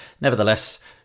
nevertheless